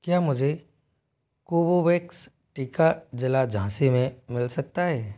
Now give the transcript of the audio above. क्या मुझे कोवोवैक्स टीका ज़िला झाँसी में मिल सकता है